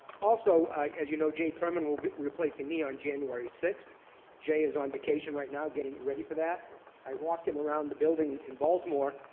also as you know, jake roman will be replacing me on january six j is on vacation right now getting ready for that i walked him around the building in baltimore.